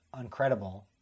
uncredible